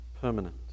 permanent